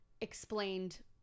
explained